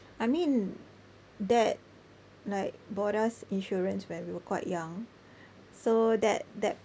I mean dad like bought us insurance when we were quite young so that that